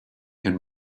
can